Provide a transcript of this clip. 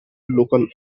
local